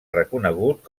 reconegut